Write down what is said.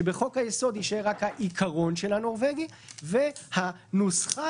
שבחוק-היסוד יישאר רק העיקרון של "הנורבגי" והנוסחה